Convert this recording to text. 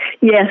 Yes